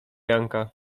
janka